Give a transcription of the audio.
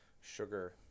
sugar